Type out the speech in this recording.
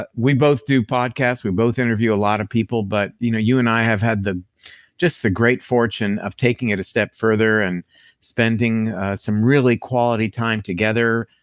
but we both do podcast. we both interview a lot of people, but you know you and i have had just the great fortune of taking it a step further and spending some really quality time together,